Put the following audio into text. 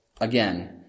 Again